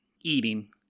eating